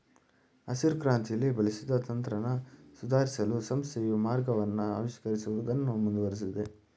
ಹಸಿರುಕ್ರಾಂತಿಲಿ ಬಳಸಿದ ತಂತ್ರನ ಸುಧಾರ್ಸಲು ಸಂಸ್ಥೆಯು ಮಾರ್ಗವನ್ನ ಆವಿಷ್ಕರಿಸುವುದನ್ನು ಮುಂದುವರ್ಸಿದೆ